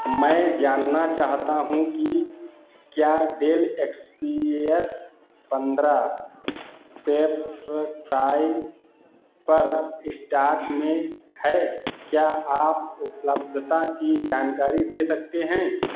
मैं जानना चाहता हूँ कि क्या डेल एक्स पी एस पंद्रह पेप्परफ्राय पर स्टॉक में है क्या आप उपलब्धता की जानकारी दे सकते हैं